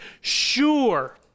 sure